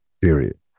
period